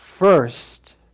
first